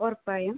ഉറപ്പായും